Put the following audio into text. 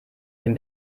den